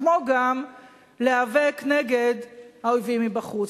כמו גם להיאבק נגד האויבים מבחוץ.